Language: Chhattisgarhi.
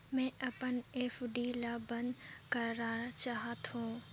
मैं अपन एफ.डी ल बंद करा चाहत हों